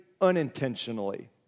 unintentionally